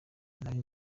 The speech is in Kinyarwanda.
nari